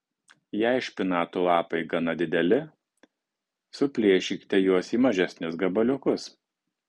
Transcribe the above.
jei špinatų lapai gana dideli suplėšykite juos į mažesnius gabaliukus